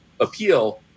appeal